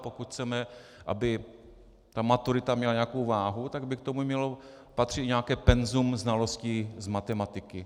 Pokud chceme, aby maturita měla nějakou váhu, tak by k tomu mělo patřit nějaké penzum znalostí z matematiky.